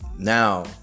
Now